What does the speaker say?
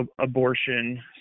abortion